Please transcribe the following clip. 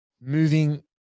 moving